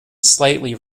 slightly